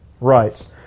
rights